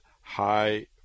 high